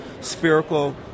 spherical